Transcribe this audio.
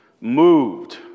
moved